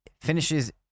finishes